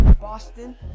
boston